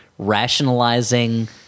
rationalizing